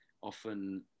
often